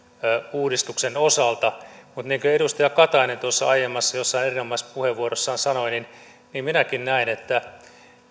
uudistuksen osalta mutta niin kuin edustaja katainen tuossa jossain aiemmassa erinomaisessa puheenvuorossaan sanoi minäkin näen että